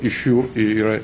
iš jų yra